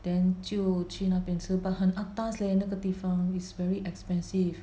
then 就去那边吃 but 很 atas leh 那个地方 is very expensive